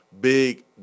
big